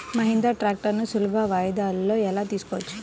మహీంద్రా ట్రాక్టర్లను సులభ వాయిదాలలో ఎలా తీసుకోవచ్చు?